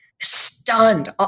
stunned